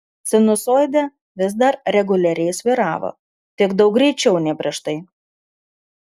sinusoidė vis dar reguliariai svyravo tik daug greičiau nei prieš tai